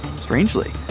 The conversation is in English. Strangely